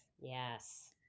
Yes